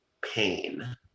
pain